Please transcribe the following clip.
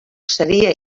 seria